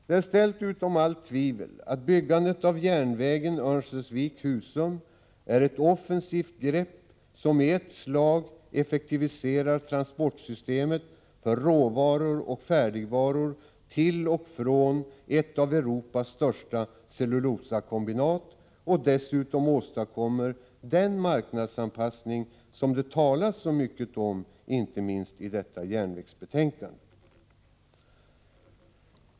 Det är ställt utom allt tvivel att byggandet av järnvägen Örnsköldsvik-Husum är ett offensivt grepp som i ett slag effektiviserar systemet för transport av råvaror och färdigvaror till och från ett av Europas största cellulosakombinat och dessutom åstadkommer den marknadsanpassning som det talas så mycket om inte minst i detta järnvägsbetänkande.